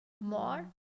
more